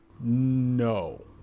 No